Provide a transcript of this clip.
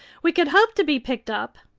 we could hope to be picked up.